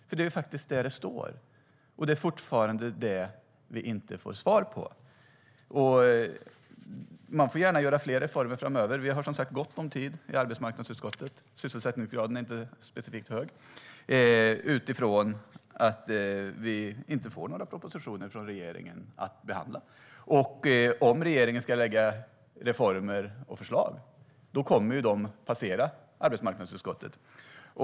Det är ju faktiskt så det står, och det är fortfarande det vi inte får svar på. Man får gärna göra fler reformer framöver. Vi har som sagt gott om tid i arbetsmarknadsutskottet. Sysselsättningsgraden där är inte särskilt hög eftersom vi inte får några propositioner från regeringen att behandla. Om regeringen ska lägga fram reformer och förslag kommer de att passera arbetsmarknadsutskottet.